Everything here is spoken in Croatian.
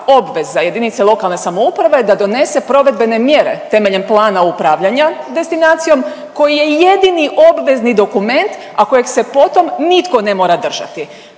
ne predviđa nikakva obveza JLS da donese provedbene mjere temeljem plana upravljanja destinacijom koji je jedini obvezni dokument, a kojeg se potom nitko ne mora držati.